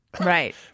right